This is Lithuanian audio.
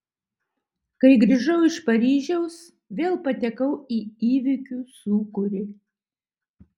kai grįžau iš paryžiaus vėl patekau į įvykių sūkurį